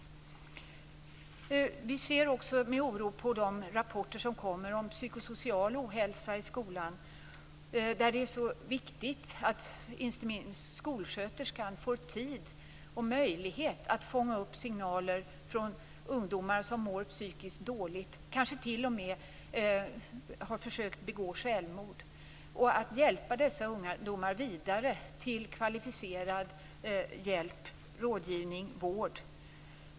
Vi ser också med oro på de rapporter som kommer om psykosocial ohälsa i skolan. Det är viktigt att inte minst skolsköterskan får tid och möjlighet att fånga upp signaler från ungdomar som mår psykiskt dåligt och kanske t.o.m. har försökt begå självmord och att hon kan hjälpa dessa ungdomar vidare till kvalificerad hjälp, rådgivning och vård.